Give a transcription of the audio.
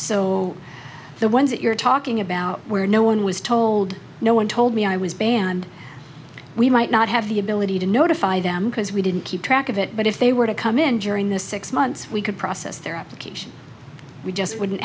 so the ones that you're talking about where no one was told no one told me i was banned we might not have the ability to notify them because we didn't keep track of it but if they were to come in during the six months we could process their application we just wouldn't